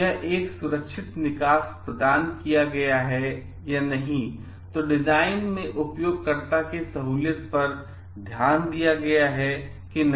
यदि एक सुरक्षित निकास प्रदान किया गया है या नहीं तो डिज़ाइन में उपयोगकर्ता की सहूलियत पर ध्यान दिया गया है कि नहीं